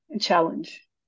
challenge